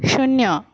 शून्य